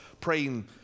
praying